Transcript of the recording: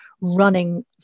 running